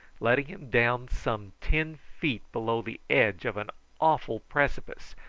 letting him down some ten feet below the edge of an awful precipice,